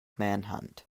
manhunt